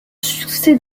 succès